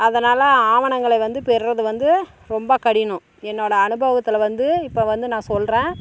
அதனால் ஆவணங்களை வந்து பெர்றது வந்து ரொம்ப கடினம் என்னோட அனுபவத்தில் வந்து இப்போ வந்து நான் சொல்லுறேன்